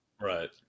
Right